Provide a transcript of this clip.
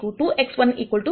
05